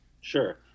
Sure